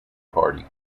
party